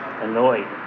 Annoyed